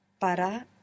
Para